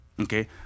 Okay